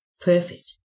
perfect